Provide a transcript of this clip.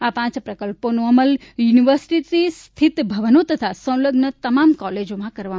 આ પાંચ પ્રકલ્પોનો અમલ યુનિવર્સિટી સ્થિત ભવનો તથા સંલગ્ન તમામ કોલેજોમાં કરવામાં આવશે